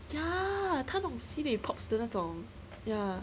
ya 他那种 sibei pops 的那种 ya